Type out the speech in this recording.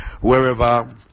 Wherever